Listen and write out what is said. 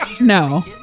no